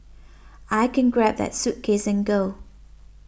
I can grab that suitcase and go